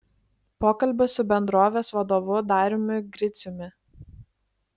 pokalbis su bendrovės vadovu dariumi griciumi